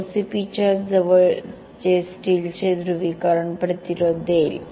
OCP च्या जवळ जे स्टीलचे ध्रुवीकरण प्रतिरोध देईल